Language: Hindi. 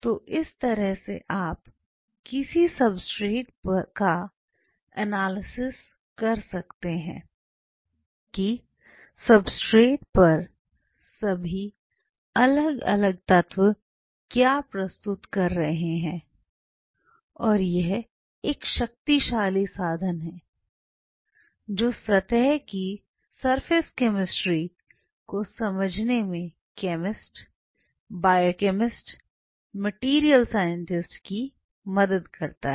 तो इस तरह से आप किसी सब्सट्रेट का एनालिसिस करते हैं कि किसी सब्सट्रेट पर सभी अलग अलग तत्व क्या प्रस्तुत कर रहे हैं और यह एक शक्तिशाली साधन है जो सतह की सरफेस केमिस्ट्री को समझने में केमिस्ट बायोकेमिस्ट मटेरियल साइंटिस्ट की मदद करता है